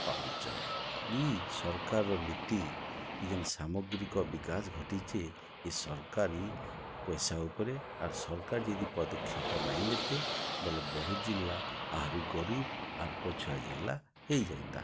ପାଉଚନ୍ ଇ ସର୍କାର୍ର ନୀତି ଇ ଯେନ୍ ସାମଗ୍ରିକ ବିକାଶ ଘଟିଚେ ଇ ସର୍କାରୀ ପଏସା ଉପ୍ରେ ଆର୍ ସର୍କାର୍ ଯଦି ପଦକ୍ଷେପ ନାଇଁ ନେତେ ବଏଲେ ବୌଦ୍ଧ୍ ଜିଲ୍ଲା ଆହୁରି ଗରିବ୍ ଆର୍ ପଛୁଆ ଜିଲ୍ଲା ହେଇଯାଇତା